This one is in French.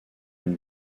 une